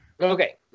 Okay